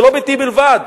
זה לא ביתי בלבד,